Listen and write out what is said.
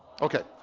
Okay